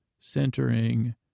centering